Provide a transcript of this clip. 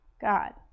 God